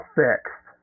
fixed